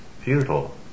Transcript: futile